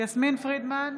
יסמין פרידמן,